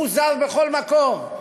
פוזר בכל מקום.